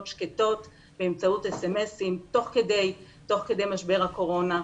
שקטות באמצעות מסרונים תוך כדי משבר הקורונה.